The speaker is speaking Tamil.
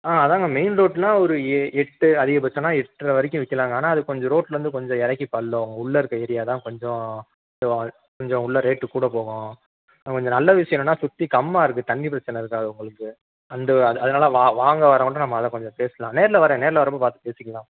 ஆ அதுதாங்க மெயின் ரோடுனா ஒரு எ எட்டு அதிகபட்சம்ன்னா எட்டர வரைக்கும் விற்கலாங்க ஆனால் அது கொஞ்சம் ரோட்லேருந்து கொஞ்சம் இறக்கி பள்ளம் உள்ளே இருக்கற ஏரியா தான் கொஞ்சம் கொஞ்சம் கொஞ்சம் உள்ளே ரேட்டு கூட போகும் இன்னும் கொஞ்சம் நல்ல விஷயம் என்னென்னா சுற்றியும் கம்மாயிருக்கு தண்ணி பிரச்சினை இருக்காது உங்களுக்கு அந்த அது அதனால வா வாங்க வரவங்கக்கிட்டே நம்ம அதை கொஞ்சம் பேசலாம் நேரில் வரேன் நேரில் வர்றப்போ பார்த்து பேசிக்கலாம்